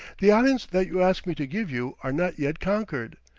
the islands that you ask me to give you are not yet conquered,